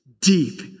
deep